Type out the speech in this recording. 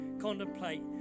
contemplate